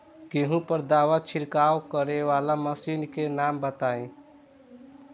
गेहूँ पर दवा छिड़काव करेवाला मशीनों के नाम बताई?